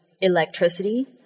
Electricity